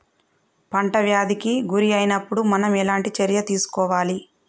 పంట వ్యాధి కి గురి అయినపుడు మనం ఎలాంటి చర్య తీసుకోవాలి?